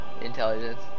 intelligence